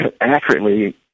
accurately